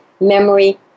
memory